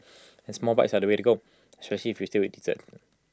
and small bites are the way to go if you still eat dessert